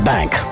Bank